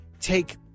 take